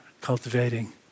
cultivating